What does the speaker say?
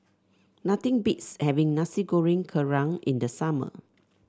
nothing beats having Nasi Goreng Kerang in the summer